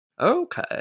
Okay